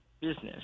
business